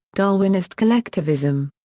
darwinist collectivism.